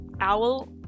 owl